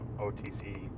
OTC